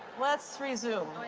let's resume.